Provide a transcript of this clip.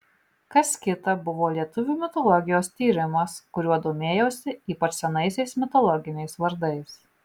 kas kita buvo lietuvių mitologijos tyrimas kuriuo domėjausi ypač senaisiais mitologiniais vardais